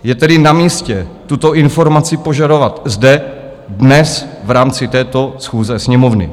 Je tedy na místě tuto informaci požadovat zde dnes v rámci této schůze Sněmovny.